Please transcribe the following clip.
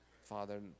father